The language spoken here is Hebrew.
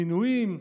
מינויים,